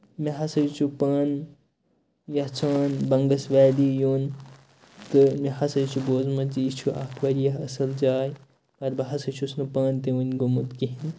مےٚ ہسا چھُ پانہٕ یَژھان بَنگَس ویلی یُن تہٕ مےٚ ہسا چھُ بوٗزمُت یہِ چھُ اکھ واریاہ اَصٕل جاے اَدٕ بہٕ ہسا چھُس نہٕ پانہٕ تہِ وُنہِ گوٚومُت کہیٖنۍ